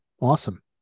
Awesome